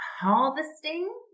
harvesting